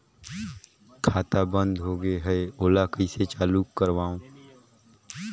खाता बन्द होगे है ओला कइसे चालू करवाओ?